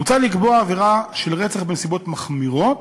מוצע לקבוע עבירה של רצח בנסיבות מחמירות,